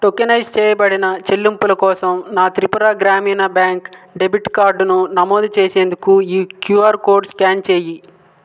tokenise చేయబడిన చెల్లింపుల కోసం నా త్రిపుర గ్రామీణ బ్యాంక్ డెబిట్ కార్డును నమోదు చేసేందుకు ఈ క్యూఆర్ కోడ్ స్కాన్ చేయి